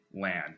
land